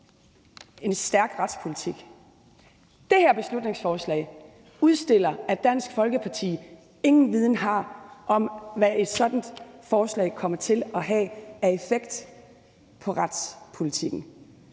en stærk retspolitik. Det her beslutningsforslag udstiller, at Dansk Folkeparti ingen viden har om, hvad et sådant forslag kommer til at have af effekt på retspolitikken.